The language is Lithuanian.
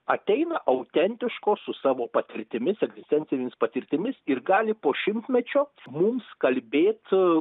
ateina autentiškos su savo patirtimis egzistencinėmis patirtimis ir gali po šimtmečio mums kalbėt